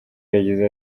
yagize